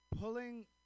Pulling